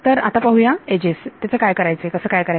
तर आता आपण पाहूया एजेस चे कसे काय करायचे